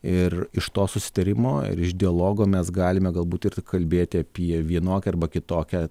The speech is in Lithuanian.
ir iš to susitarimo ir iš dialogo mes galime galbūt ir kalbėti apie vienokią arba kitokią